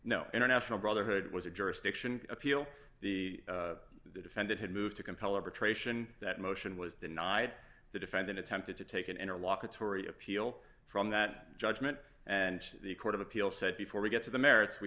no international brotherhood was a jurisdiction to appeal the defendant had moved to compel arbitration that motion was denied the defendant attempted to take an interlocutory appeal from that judgment and the court of appeal said before we get to the merits we